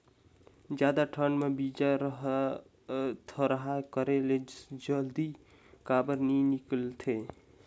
जादा ठंडा म बीजा थरहा करे से जल्दी काबर नी निकलथे?